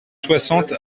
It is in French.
soixante